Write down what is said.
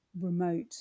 remote